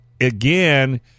again